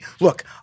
look